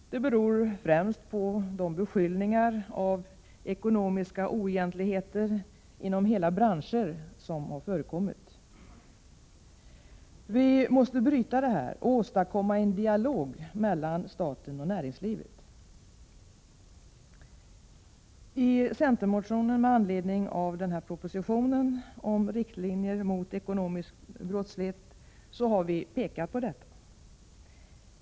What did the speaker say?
Det beror främst på de beskyllningar om ekonomiska oegentligheter inom hela branscher som har förekommit. Vi måste bryta detta och åstadkomma en dialog mellan staten och näringslivet. I centermotionen med anledning av propositionen om riktlinjer mot ekonomisk brottslighet har vi pekat på detta.